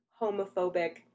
homophobic